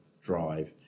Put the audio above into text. drive